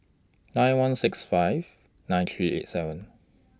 nine one six five nine three eight seven